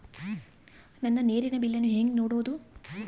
ನನ್ನ ನೇರಿನ ಬಿಲ್ಲನ್ನು ಹೆಂಗ ನೋಡದು?